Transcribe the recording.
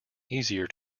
easier